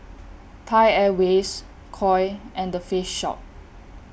Thai Airways Koi and Face Shop